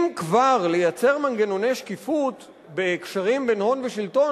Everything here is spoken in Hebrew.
אם כבר לייצר מנגנוני שקיפות בקשרים בין הון לשלטון,